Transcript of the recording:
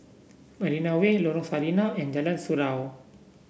Marina Way Lorong Sarina and Jalan Surau